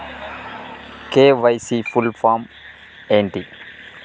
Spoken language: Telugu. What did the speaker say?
కే.వై.సీ ఫుల్ ఫామ్ ఏంటి?